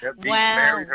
wow